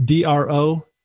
dro